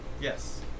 Yes